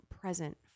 present